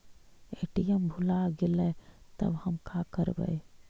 ATM भुला गेलय तब हम काकरवय?